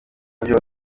buryo